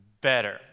better